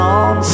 on